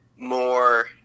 More